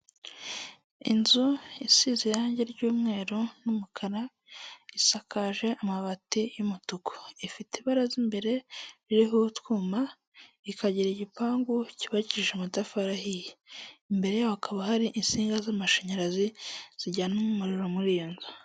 Inzu yasize irange ry'umweru n'umukara isakaje amabati y'umutuku. Ifite ibara imbere ririho utwuma, ikagira igipangu cyubakishije amatafari ahiye. Imbere yaho hakaba hari insinga z'amashanyarazi zijyana umuriro muri iyo nzu.